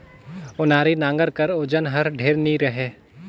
ओनारी नांगर कर ओजन हर ढेर नी रहें